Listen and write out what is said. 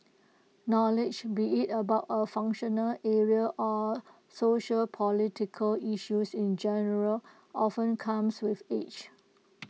knowledge be IT about A functional area or sociopolitical issues in general often comes with age